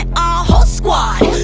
ah whole squad